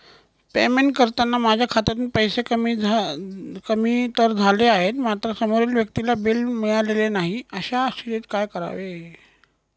Payment करताना माझ्या खात्यातून पैसे कमी तर झाले आहेत मात्र समोरील व्यक्तीला बिल मिळालेले नाही, अशा स्थितीत काय करावे?